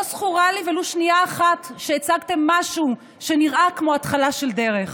לא זכורה לי ולו שנייה אחת שהצגתם משהו שנראה כמו התחלה של דרך.